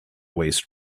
waste